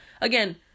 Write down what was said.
again